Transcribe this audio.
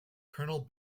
colonel